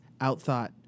OutThought